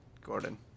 Gordon